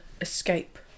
Escape